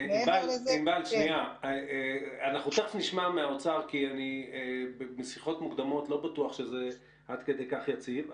אנחנו תכף נשמע מהאוצר כי בשיחות מוקדמות אני לא בטוח שעד כדי כך יציב.